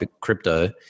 crypto